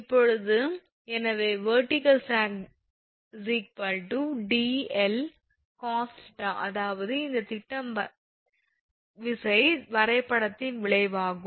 இப்போது எனவே 𝑣𝑒𝑟𝑡𝑖𝑐𝑎𝑙 𝑆𝑎𝑔 𝑑1cos𝜃 அதாவது இந்த திட்டம் விசை வரைபடத்தின் விளைவாகும்